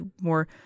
more